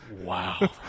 wow